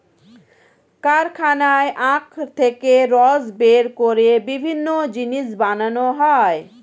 কারখানায় আখ থেকে রস বের করে বিভিন্ন জিনিস বানানো হয়